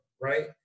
right